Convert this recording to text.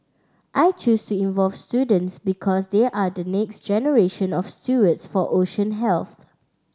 I chose to involve students because they are the next generation of stewards for ocean health